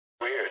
Weird